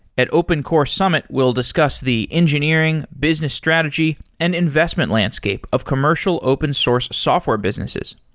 at open core summit, we'll discuss the engineering, business strategy and investment landscape of commercial open source software businesses.